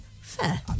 fair